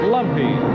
Lumpy